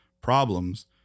problems